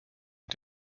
mit